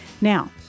Now